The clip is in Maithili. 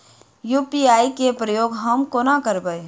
यु.पी.आई केँ प्रयोग हम कोना करबे?